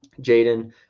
Jaden